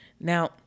Now